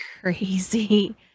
crazy